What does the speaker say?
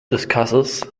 discusses